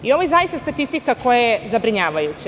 Ovo je zaista statistika koja je zabrinjavajuća.